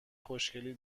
خوشگلی